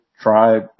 try